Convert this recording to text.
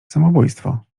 samobójstwo